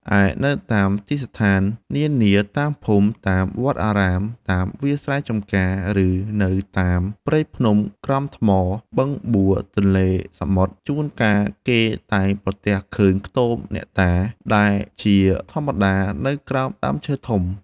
ឯនៅតាមទីស្ថាននានា តាមភូមិ តាមវត្តអារាម តាមវាលស្រែចម្ការ ឬ នៅតាមព្រៃភ្នំក្រំថ្ម បឹងបួរ ទន្លេ សមុទ្រ ជួនកាល គេតែងប្រទះឃើញខ្ទមអ្នកតាដែលជាធម្មតានៅក្រោមដើមឈើធំ។